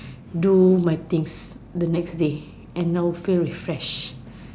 do my things the next day and now feel refresh